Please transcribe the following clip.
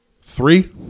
Three